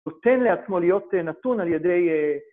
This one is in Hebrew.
נותן לעצמו להיות נתון על ידי...